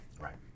Right